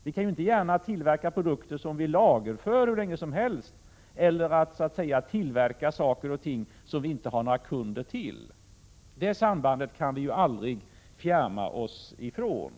Vi kan ju inte gärna tillverka produkter som vi lagerför hur länge som helst eller tillverka saker och ting som det inte finns några kunder till. Detta samband kan vi aldrig fjärma oss ifrån.